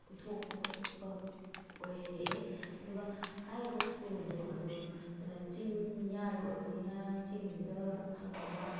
ꯎꯠꯊꯣꯛꯄ ꯈꯣꯠꯇꯣꯛꯄ ꯑꯣꯏꯔꯛꯑꯦ ꯑꯗꯨꯒ ꯍꯥꯏꯔꯤꯕ ꯁ꯭ꯀꯨꯜꯗꯣ ꯑꯗꯨ ꯆꯤꯡꯌꯥꯗ ꯑꯣꯏꯕꯅꯤꯅ ꯆꯤꯡꯗꯨꯗ ꯐꯪꯕ